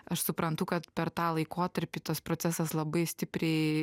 aš suprantu kad per tą laikotarpį tas procesas labai stipriai